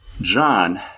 John